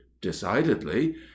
Decidedly